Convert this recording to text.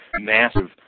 massive